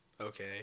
Okay